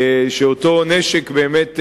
שאותו נשק באמת,